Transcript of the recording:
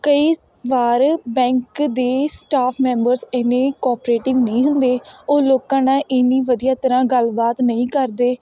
ਕਈ ਵਾਰ ਬੈਂਕ ਦੇ ਸਟਾਫ਼ ਮੈਂਬਰਸ ਇੰਨੇ ਕੋਅਪ੍ਰੇਟਿਵ ਨਹੀਂ ਹੁੰਦੇ ਉਹ ਲੋਕਾਂ ਨਾਲ਼ ਇੰਨੀ ਵਧੀਆ ਤਰ੍ਹਾਂ ਗੱਲਬਾਤ ਨਹੀਂ ਕਰਦੇ